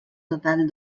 total